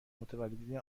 متولدین